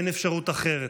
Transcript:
אין אפשרות אחרת.